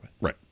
Right